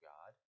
God